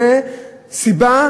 זו סיבה,